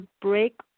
break